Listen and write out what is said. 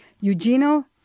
Eugenio